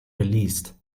geleast